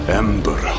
ember